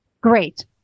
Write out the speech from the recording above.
great